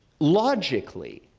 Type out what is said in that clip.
logically,